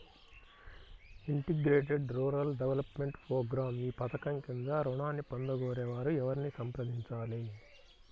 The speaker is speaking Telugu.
ఇంటిగ్రేటెడ్ రూరల్ డెవలప్మెంట్ ప్రోగ్రాం ఈ పధకం క్రింద ఋణాన్ని పొందగోరే వారు ఎవరిని సంప్రదించాలి?